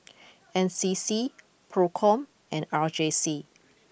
N C C Procom and R J C